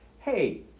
Hey